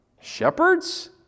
Shepherds